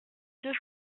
deux